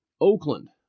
Oakland